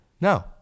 No